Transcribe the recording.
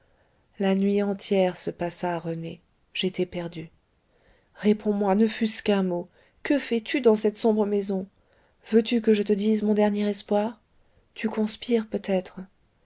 la nuit entière se passa rené j'étais perdue réponds-moi ne fût-ce qu'un mot que fais-tu dans cette sombre maison veux-tu que je te dise mon dernier espoir tu conspires peut-être